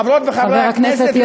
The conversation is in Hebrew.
חברות וחברי הכנסת,